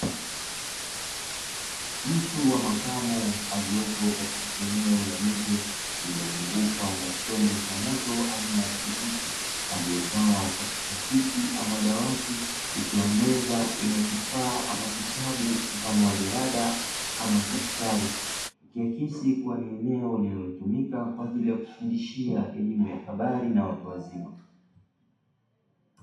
Mtu wa makamo aliyopo katika eneo la nje lililozungukwa na chombo cha moto aina ya pikipiki aliyekaa katika kiti ama dawati ikiwa meza ina kifaa ama kitabu mfano wa jalada ama daftari ikiakisii kuwa ni eneo linalotumika kwa ajili ya kufundishia elimu ya habari na watu wazima.